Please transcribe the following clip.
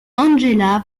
angela